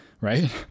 Right